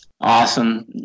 awesome